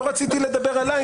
לא רציתי לדבר עלי,